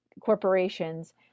corporations